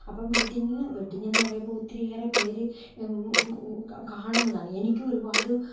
അപ്പോൾ വെഡ്ഡിങ്ങിന് വെഡ്ഡിങ്ങ് എന്ന് പറയുമ്പോൾ ഒത്തിരിയേറെ പേർ കാണുന്നതാണ് എനിക്കും ഒരുപാട്